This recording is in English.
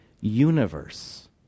universe